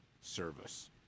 service